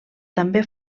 també